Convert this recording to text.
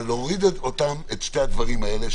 אבל להוריד את שני הדברים האלה,